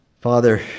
Father